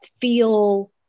feel